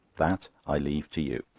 that i leave to you.